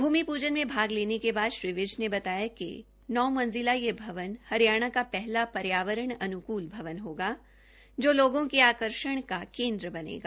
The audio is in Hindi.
भूमि पूजन के भाग लेने के बाद श्री विज ने बताया कि नौ मंजिला यह भवन हरियाणा का पहला पर्यावरण अनुकूल भवन होगा जो लोगों के आकर्षण का केन्द्र बनेगा